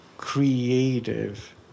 creative